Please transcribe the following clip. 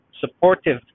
supportive